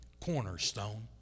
cornerstone